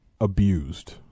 abused